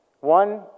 One